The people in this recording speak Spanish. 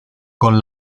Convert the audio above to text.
con